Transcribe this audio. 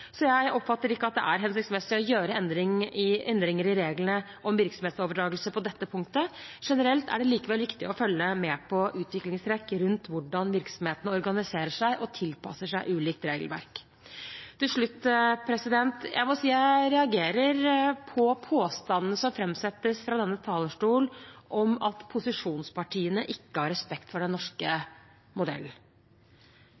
Så jeg oppfatter ikke at det er hensiktsmessig å gjøre endringer i reglene om virksomhetsoverdragelse på dette punktet. Generelt er det likevel viktig å følge med på utviklingstrekk rundt hvordan virksomhetene organiserer seg og tilpasser seg ulikt regelverk. Til slutt: Jeg må si jeg reagerer på påstanden som framsettes fra denne talerstolen om at posisjonspartiene ikke har respekt for den norske